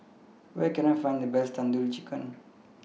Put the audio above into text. Where Can I Find The Best Tandoori Chicken